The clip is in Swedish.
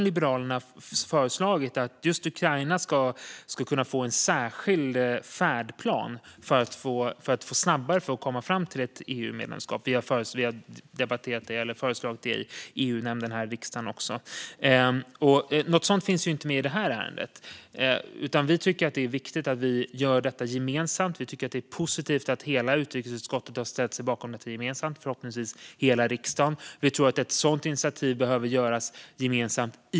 Liberalerna har föreslagit att just Ukraina ska kunna få en särskild färdplan för att snabbare komma fram till ett EU-medlemskap. Detta har vi föreslagit även i riksdagens EU-nämnd. Ett sådant initiativ behöver såklart göras gemensamt i Europeiska unionen, men det kan vara värt att notera att vi också har fört fram ett sådant förslag. Något sådant finns inte med i det här ärendet, utan vi tycker att det är viktigt att vi gör detta gemensamt.